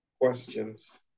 questions